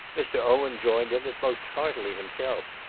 mr. owen joined in it most heartily himself,